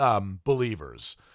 believers